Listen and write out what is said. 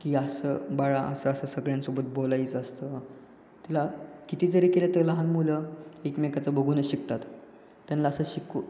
की असं बाळा असं असं सगळ्यांसोबत बोलायचं असतं तिला किती जरी केलं तर लहान मुलं एकमेकाचं बघूनच शिकतात त्यांना असं शिकू